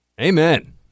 Amen